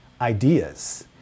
ideas